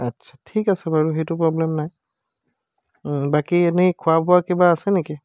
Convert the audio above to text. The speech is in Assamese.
আচ্ছা ঠিক আছে বাৰু সেইটো প্ৰব্লেম নাই বাকী এনেই খোৱা বোৱা কিবা আছে নেকি